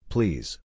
Please